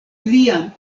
plian